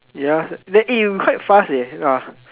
ya eh we quite fast leh ya